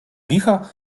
licha